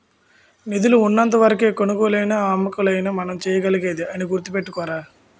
నిధులు ఉన్నంత వరకే కొనుగోలైనా అమ్మకాలైనా మనం చేయగలిగేది అని గుర్తుపెట్టుకోరా